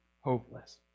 hopeless